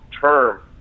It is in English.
term